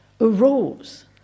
arose